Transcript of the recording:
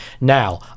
Now